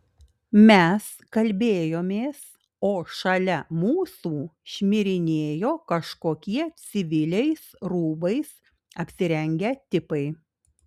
mes kalbėjomės o šalia mūsų šmirinėjo kažkokie civiliais rūbais apsirengę tipai